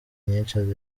nyinshi